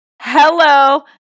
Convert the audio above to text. hello